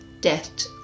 debt